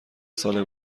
سال